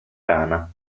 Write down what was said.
rana